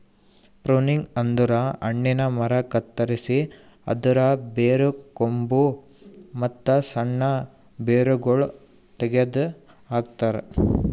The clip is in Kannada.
ಪ್ರುನಿಂಗ್ ಅಂದುರ್ ಹಣ್ಣಿನ ಮರ ಕತ್ತರಸಿ ಅದರ್ ಬೇರು, ಕೊಂಬು, ಮತ್ತ್ ಸಣ್ಣ ಬೇರಗೊಳ್ ತೆಗೆದ ಹಾಕ್ತಾರ್